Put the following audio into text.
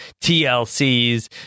TLC's